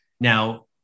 Now